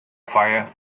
fire